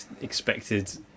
expected